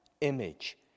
image